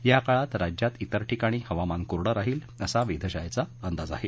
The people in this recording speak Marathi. याकाळात राज्यात त्वेर ठिकाणी हवामान कोरडं राहील असा वेधशाळेचा अंदाज आहे